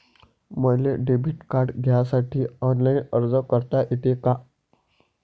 मले debit card घ्यासाठी online अर्ज करता येते का?